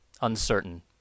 uncertain